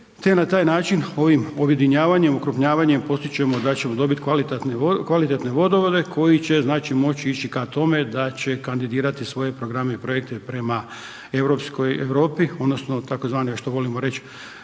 na taj način ovim objedinjavanjem, okrupnjavanjem, postići ćemo da ćemo dobiti kvalitetne vodovode koji će, znači moći ići ka tome da će kandidirati svoje programe i projekte prema europskoj Europi odnosno tzv. što volimo reć,